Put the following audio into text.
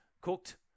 cooked